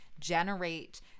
generate